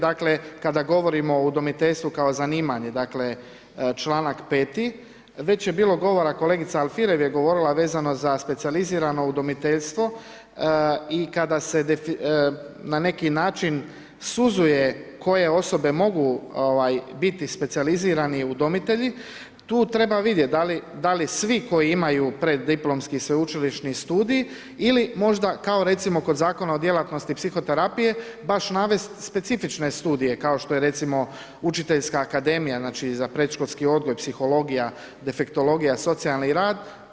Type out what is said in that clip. Dakle, kada govorimo o udomiteljstvu kao zanimanje, dakle zanimanje, čl. 5. već je bilo govora, kolegica Alfirev je govorila vezano za specijalizirano udomiteljstvo i kada se na neki način suzuje koje osobe mogu biti specijalizirani udomitelji, tu treba vidjeti, da li svi koji imaju preddiplomski i sveučilišni studij ili možda kao, recimo, kod Zakona o djelatnosti psihoterapije, baš navesti specifične studije, kao što je recimo, učiteljska akademija, znači za predškolski odgoj, psihologija, defektologija, socijalni rad.